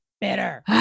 bitter